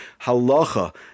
halacha